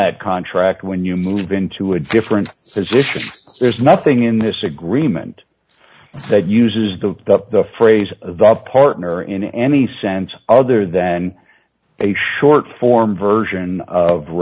that contract when you move into a different position there's nothing in this agreement that uses the phrase the partner in any sense other than a short form version of